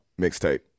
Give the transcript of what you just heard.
mixtape